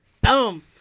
boom